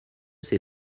ses